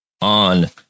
on